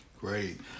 Great